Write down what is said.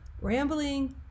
rambling